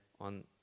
on